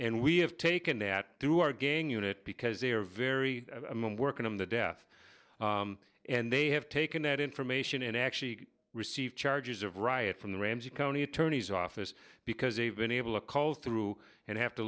nd we have taken that to our gang unit because they are very i'm i'm working on the death and they have taken that information and actually receive charges of riot from the ramsey county attorney's office because they've been able to call through and have to